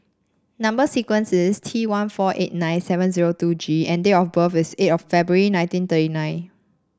number sequence is T one four eight nine seven zero two G and date of birth is eight of February nineteen thirty nine